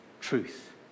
truth